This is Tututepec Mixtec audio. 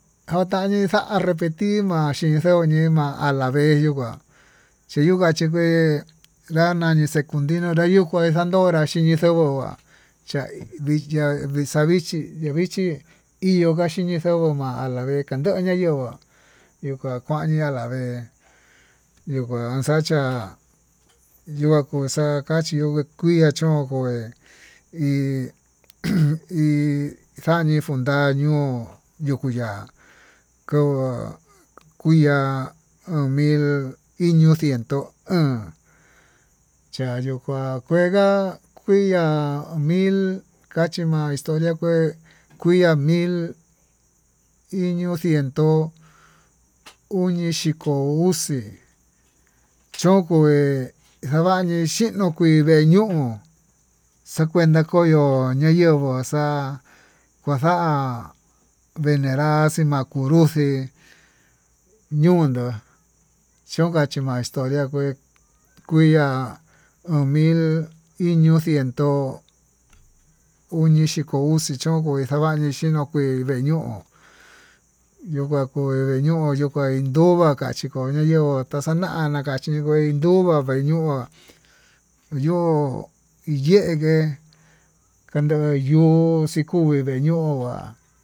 Katañi xa'a arependir ma'a tin xa'a ñee mima'a alavez yuu ngua, tii yungua chingué nra nani xekuntinuu kayukuá xandóra xhini xanguá cha'a iyá vixhia vichí iho ha kaxini xokua ma'a ala vez kanduña ndonguó yuu ka kuañi alavez, yuu uan xachiá yuu kaxa'a kayuu kuii iha chón ngueí hí umm hí xanii funda ñuu, yukuya ko'o kuya uun mil iño ciento o'on chayió kuá kuenga kuiya mil kachima historia ya kuia mil iño ciento uñi yikó uxi choko hé njavañi xhinokué veí ñuu xakuenta koño, oñayonguo xa'a kuaxa venerá xinakunruxi ñondó, chonka xii ma'a historia kué kuiya uun mil iño ciento uñii xhiko uxi chavañi xhinokui veí ñoo ño'o vakui ño'ó, ñonokaí yungua kachí koñayenguó taxana'a nakaxhi kuein nduu aveñuá yo'ó yengué kande yuu xhikuve vee ño'ó vá.